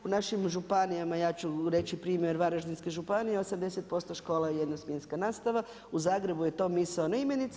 U našim županijama, ja ću reći primjer Varaždinske županije 80% škola je jedno smjenska nastava, u Zagrebu je to misaona imenica.